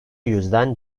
yüzden